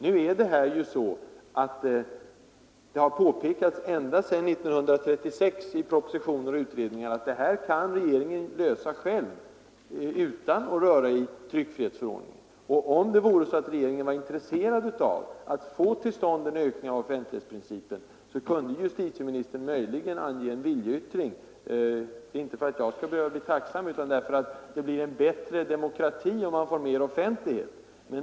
Nu har det ju påpekats ända sedan 1936, i propositioner och utredningar, att det här problemet kan regeringen lösa själv utan att röra i tryckfrihetsförordningen. Om det vore så, att regeringen var intresserad av att få till stånd en ökning av offentlighetsprincipens tillämpning, kunde justitieministern möjligen avge en viljeyttring — om han anser att det blir en bättre demokrati med mer offentlighet.